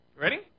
Ready